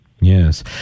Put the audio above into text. yes